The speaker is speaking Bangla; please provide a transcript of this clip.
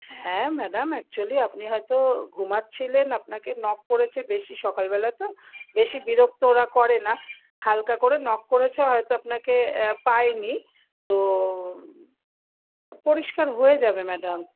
হ্যাঁ ম্যাডাম অ্যাকচুয়ালি আপনি হয়তো ঘুমোচ্ছিলেন আপনাকে নক করেছে বেশি সকালবেলা তো বেশি বিরক্ত ওরা করে না হালকা করে নক করেছে হয়তো আপনাকে পায়নি তো পরিষ্কার হয়ে যাবে ম্যাডাম